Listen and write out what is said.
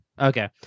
Okay